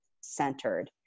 centered